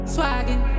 Swaggin